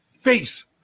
face